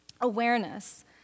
awareness